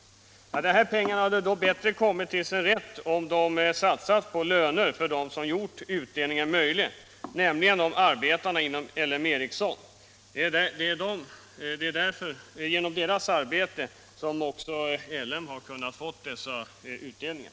De här pengarna hade kommit bättre till sin rätt om de satsats på löner till dem som gjort utvecklingen möjlig — nämligen arbetarna inom L M Ericsson. Det är genom deras arbete som L M har kunnat ge dessa utdelningar!